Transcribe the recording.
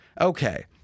Okay